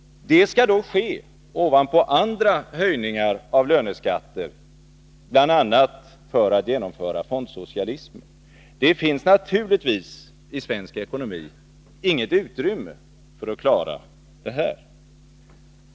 Det skulle då ske ovanpå andra höjningar av löneskatter, bl.a. för att genomföra fondsocialismen. Det finns naturligtvis i svensk ekonomi inget utrymme för att klara detta.